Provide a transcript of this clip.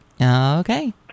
Okay